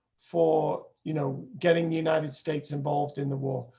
for, you know, getting the united states involved in the war.